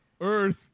Earth